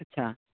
अच्छा